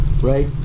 right